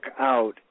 out